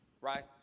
Right